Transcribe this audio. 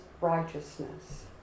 righteousness